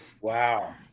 Wow